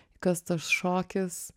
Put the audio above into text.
į kas tas šokis